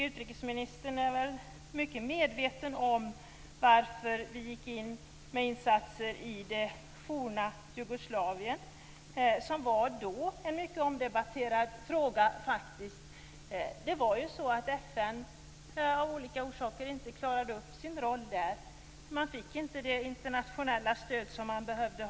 Utrikesministern är mycket medveten om varför vi gick in med insatser i det forna Jugoslavien, vilket då var en mycket omdebatterad fråga. Det var så att FN av olika orsaker inte klarade sin roll där. Man fick inte det internationella stöd som man behövde.